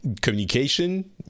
communication